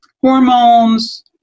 hormones